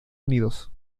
unidos